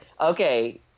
Okay